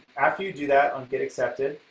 after you do that on get accepted,